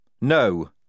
No